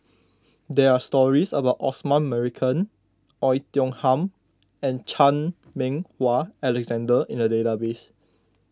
there are stories about Osman Merican Oei Tiong Ham and Chan Meng Wah Alexander in the database